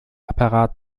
apparat